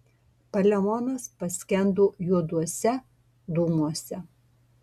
palemonas paskendo juoduose dūmuose